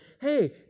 hey